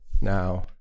Now